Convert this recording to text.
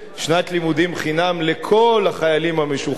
שנת לימודים חינם לכל החיילים המשוחררים,